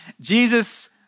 Jesus